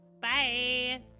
Bye